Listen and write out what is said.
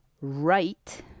right